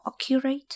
accurate